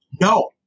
No